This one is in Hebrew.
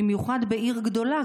במיוחד בעיר גדולה,